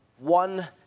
One